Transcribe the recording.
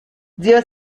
zio